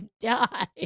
die